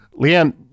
Leanne